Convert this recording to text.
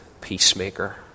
peacemaker